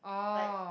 like